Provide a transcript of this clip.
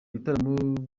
ibitaramo